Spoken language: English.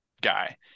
guy